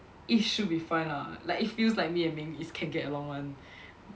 it should be fine lah like it feels like me and Ming is can get along [one]